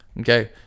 Okay